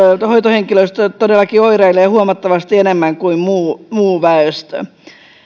hoitohenkilöstö todellakin oireilee huomattavasti enemmän kuin muu muu väestö